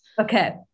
Okay